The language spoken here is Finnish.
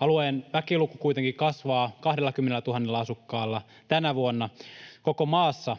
Alueen väkiluku kuitenkin kasvaa 20 000 asukkaalla tänä vuonna. Koko maassa